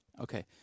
Okay